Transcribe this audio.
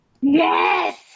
Yes